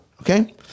okay